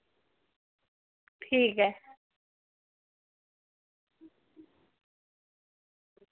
ठीक ऐ